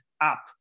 up